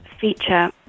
feature